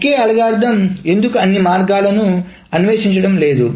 ఒకే algorithm ఎందుకు అన్ని మార్గాలను అన్వేషించడం లేదు